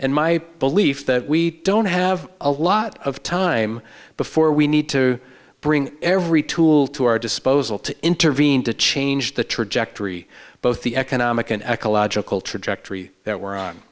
and my belief that we don't have a lot of time before we need to bring every tool to our disposal to intervene to change the trajectory both the economic and ecological trajectory that we're on